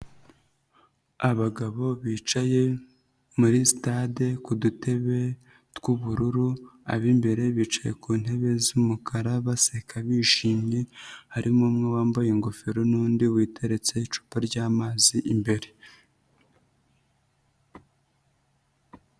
Abagabo bicaye muri sitade ku dutebe tw'ubururu, ab'imbere bicaye ku ntebe z'umukara baseka bishimye, harimo umwe wambaye ingofero n'undi witeretse icupa ry'amazi imbere.